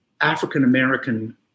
African-American